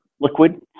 liquid